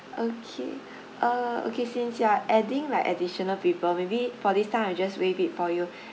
okay uh okay since you are adding like additional people maybe for this time I just waive it for you